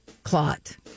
clot